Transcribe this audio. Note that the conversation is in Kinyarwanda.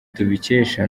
tubikesha